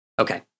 Okay